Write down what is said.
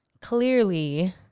Clearly